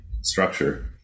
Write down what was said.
structure